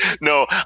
No